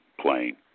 playing